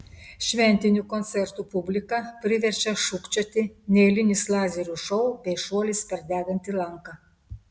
šventinių koncertų publiką priverčia šūkčioti neeilinis lazerių šou bei šuolis per degantį lanką